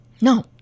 No